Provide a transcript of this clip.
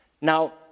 Now